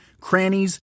crannies